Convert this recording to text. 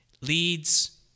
leads